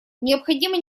необходимо